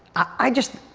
i just,